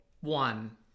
one